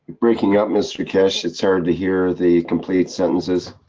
breaking up mr. keshe, it's hard to hear the complete sentences.